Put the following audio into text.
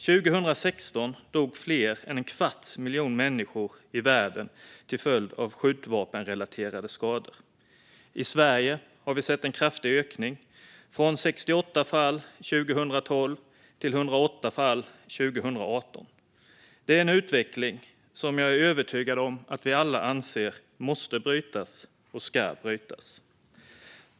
År 2016 dog fler än en kvarts miljon människor i världen till följd av skjutvapenrelaterade skador. I Sverige har vi sett en kraftig ökning, från 68 fall 2012 till 108 fall 2018. Det är en utveckling som jag är övertygad om att vi alla anser måste brytas och ska brytas.